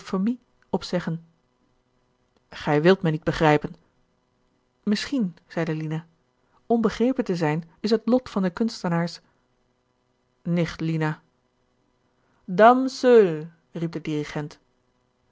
opzeggen gij wilt mij niet begrijpen misschien zeide lina onbegrepen te zijn is het lot van de kunstenaars nicht lina dames seules riep de dirigent